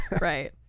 right